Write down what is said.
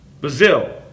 Brazil